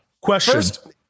Question